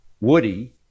Woody